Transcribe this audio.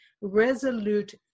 resolute